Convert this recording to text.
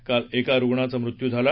काल एका रुग्णाचा मृत्यू झाला